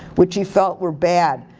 which he felt were bad.